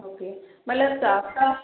okay मला चाफा